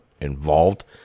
involved